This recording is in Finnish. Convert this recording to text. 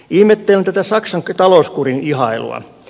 ihmettelen tätä saksan talouskurin ihailua